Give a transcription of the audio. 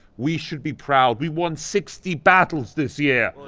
we should be proud. we won sixty battles this year.